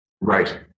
Right